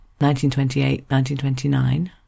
1928-1929